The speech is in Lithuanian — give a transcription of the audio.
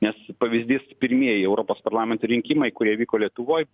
nes pavyzdys pirmieji europos parlamento rinkimai kurie vyko lietuvoj